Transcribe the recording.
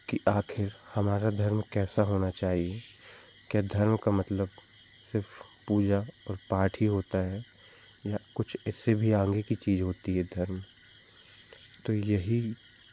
कि आखिर हमारा धर्म कैसा होना चाहिए के धर्म का मतलब सिर्फ पूजा और पाठ ही होता है या कुछ इससे भी आगे की चीज़ होती है धर्म तो यही